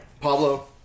Pablo